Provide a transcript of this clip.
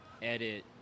edit